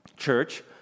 church